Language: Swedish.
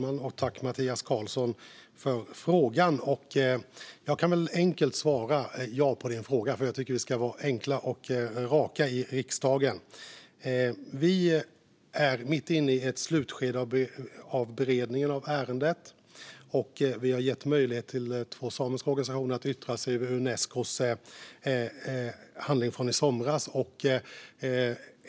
Fru talman! Tack, Mattias Karlsson, för frågan! Jag kan enkelt svara ja på din fråga. Jag tycker att vi ska vara enkla och raka i riksdagen. Vi är mitt i slutskedet av beredningen av ärendet. Vi har gett två samiska organisationer möjlighet att yttra sig om Unescos handling från i somras.